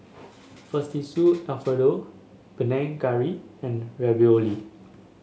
Fettuccine Alfredo Panang Curry and Ravioli